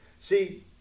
See